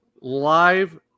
Live